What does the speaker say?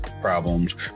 problems